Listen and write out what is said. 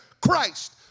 Christ